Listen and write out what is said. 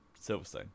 Silverstone